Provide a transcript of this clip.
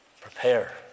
Prepare